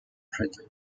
threaten